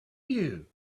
you